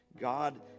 God